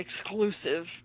exclusive